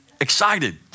excited